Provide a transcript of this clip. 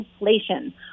inflation